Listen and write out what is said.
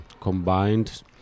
combined